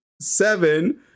seven